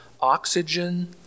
oxygen